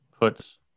puts